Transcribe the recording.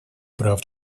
прав